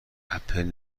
اپل